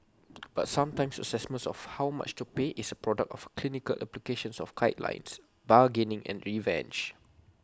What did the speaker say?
but sometimes assessments of how much to pay is A product of A clinical applications of guidelines bargaining and revenge